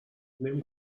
نمی